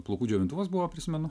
plaukų džiovintuvas buvo prisimenu